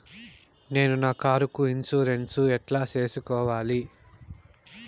నేను నా కారుకు ఇన్సూరెన్సు ఎట్లా సేసుకోవాలి